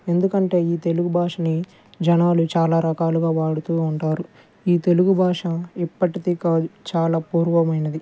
ఎందుకంటే ఈ తెలుగు భాషని జనాలు చాలా రకాలుగా వాడుతూ ఉంటారు ఈ తెలుగు భాష ఇప్పటిది కాదు చాలా పూర్వమైనది